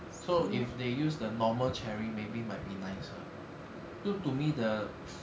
so if they use the normal cherry maybe might be nicer so to me the